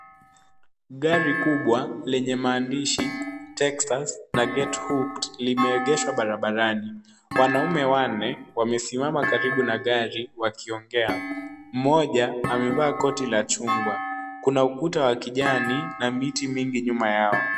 Gari kubwa lenye maandishi Texas na get hooked limeegeshwa barabarani. Wanaume wanne wamesimama karibu na gari wakiongea. Mmoja amevaa koti la chungwa. Kuna ukuta wa kijani na miti mingi nyuma yao.